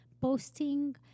posting